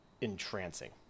entrancing